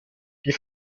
die